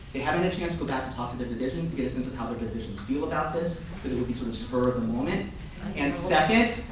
having a chance to go back to talk to the divisions to get a sense of how the divisions feel about this because it would be sort of spur of the moment and second,